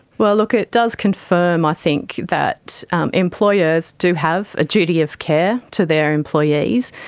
well look, it does confirm i think that employers do have a duty of care to their employees,